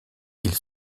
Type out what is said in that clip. ils